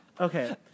Okay